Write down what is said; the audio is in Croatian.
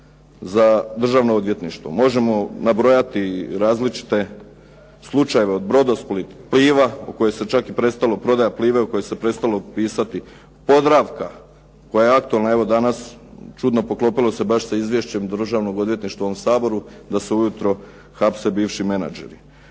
za Državno odvjetništvo. Možemo nabrojati i različite slučajeve od "Brodosplit", "Pliva" u kojoj se čak i prestalo prodaja "Plive" o kojoj se prestalo pisati. "Podravka" koja je aktualna evo danas, čudno poklopilo se baš sa Izvješćem Državnog odvjetništva ovom Saboru da se u jutro hapse bivši menadžeri.